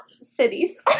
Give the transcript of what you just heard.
cities